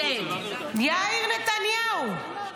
יאיר נתניהו.